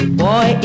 boy